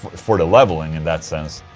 for the leveling in that sense.